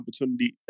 opportunity